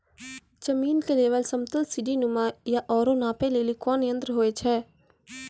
जमीन के लेवल समतल सीढी नुमा या औरो नापै लेली कोन यंत्र होय छै?